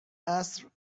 عصر